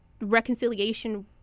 reconciliation